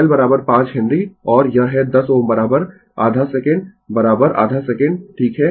L 5 henry और यह है 10 Ω आधा सेकंड आधा सेकंड ठीक है